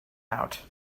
out